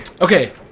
Okay